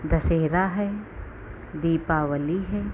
दशहरा है दीपावली है